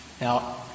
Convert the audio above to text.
Now